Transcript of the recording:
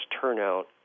turnout